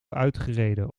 uitgereden